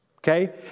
Okay